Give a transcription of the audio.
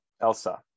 Elsa